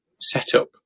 setup